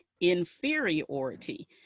inferiority